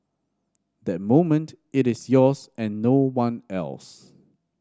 that moment it is yours and no one else